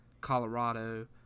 Colorado